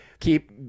Keep